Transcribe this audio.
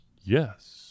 Yes